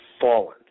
fallen